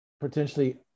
potentially